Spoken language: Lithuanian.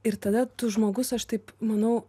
ir tada tu žmogus aš taip manau